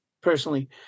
personally